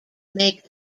make